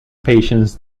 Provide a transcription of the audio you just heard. patients